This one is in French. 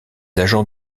agents